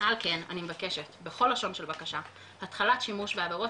על כן אני מבקשת בכל לשון של בקשה התחלת שימוש ועבירות